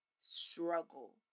struggle